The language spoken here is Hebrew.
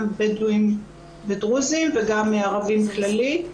גם בדואים ודרוזים וגם ערבי כללי.